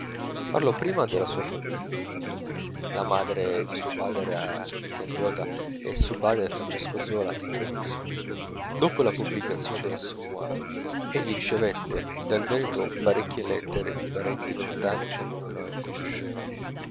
parlò prima della sua famiglia la madre di suo padre era candiota e suo padre francesco zola di treviso dopo la pubblicazione dell'assommoir egli ricevette dal veneto parecchie lettere di parenti lontani che non conosceva